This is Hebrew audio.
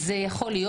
זה יכול להיות.